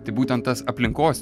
tai būtent tas aplinkos